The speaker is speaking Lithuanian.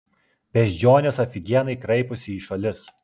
beždžionės afigienai kraiposi į šalis